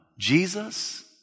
Jesus